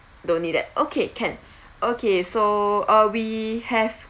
don't need that okay can okay so uh we have